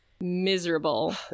miserable